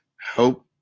help